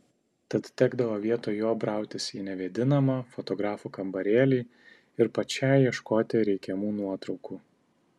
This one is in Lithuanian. tad tekdavo vietoj jo brautis į nevėdinamą fotografų kambarėlį ir pačiai ieškoti reikiamų nuotraukų